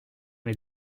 est